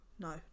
No